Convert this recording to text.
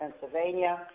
Pennsylvania